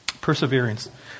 Perseverance